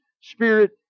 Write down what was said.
spirit